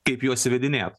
kaip juos įvedinėt